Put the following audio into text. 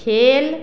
खेल